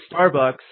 Starbucks